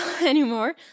anymore